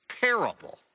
parable